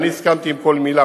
אני הסכמתי לכל מלה.